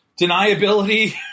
deniability